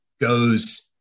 goes